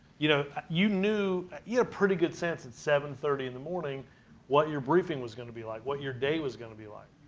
you know, you knew you had a pretty good sense at seven thirty in the morning what your briefing was going to be like, what your day was going to be like.